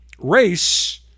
race